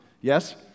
Yes